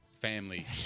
family